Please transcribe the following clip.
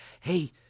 Hey